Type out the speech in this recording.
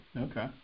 Okay